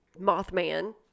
mothman